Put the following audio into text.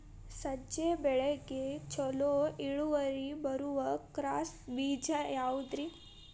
ಸಜ್ಜೆ ಬೆಳೆಗೆ ಛಲೋ ಇಳುವರಿ ಬರುವ ಕ್ರಾಸ್ ಬೇಜ ಯಾವುದ್ರಿ?